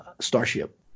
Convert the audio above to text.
starship